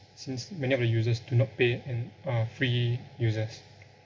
since many of the users do not pay and are free users